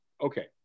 okay